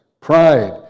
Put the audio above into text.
Pride